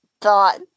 thought